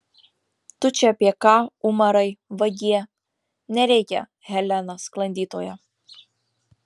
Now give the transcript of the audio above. tu čia apie ką umarai vagie nereikia helena sklandytoja